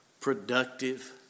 productive